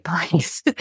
place